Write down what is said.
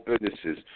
businesses